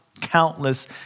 countless